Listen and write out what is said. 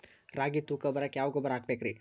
ರಾಗಿ ತೂಕ ಬರಕ್ಕ ಯಾವ ಗೊಬ್ಬರ ಹಾಕಬೇಕ್ರಿ?